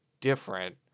different